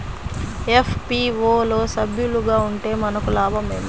FPO లో సభ్యులుగా ఉంటే మనకు లాభం ఏమిటి?